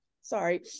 Sorry